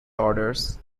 orders